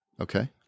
Okay